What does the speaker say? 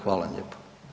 Hvala vam lijepa.